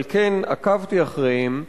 כן עקבתי אחריהם.